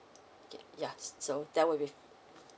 okay ya so there will be